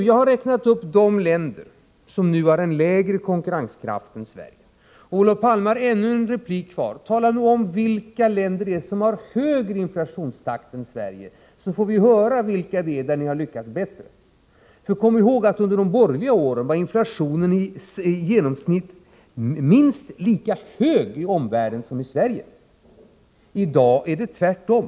Jag har räknat upp de länder som nu har mindre köpkraft än Sverige. Olof Palme har ännu en replik kvar. Tala då om vilka länder det är som har högre inflationstakt än Sverige, så att vi får en jämförelse som visar att ni har lyckats bättre. För kom ihåg att under de borgerliga åren var inflationen i genomsnitt minst lika hög i omvärlden som den var i Sverige. I dag är det tvärtom.